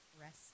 rest